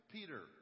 Peter